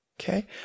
Okay